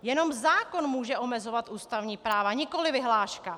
Jenom zákon může omezovat ústavní práva, nikoli vyhláška.